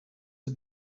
her